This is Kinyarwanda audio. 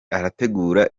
arategura